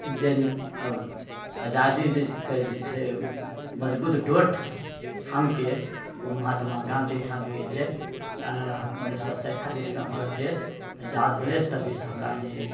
जे आजादीके जे छै मजबूत डोर ठा थामि कऽ ओ महात्मा गाँधी थामलकै जे के उन्नैस सए सैंतालिसमे हमरो देश आजाद भेलै तभीसँ हमरा ई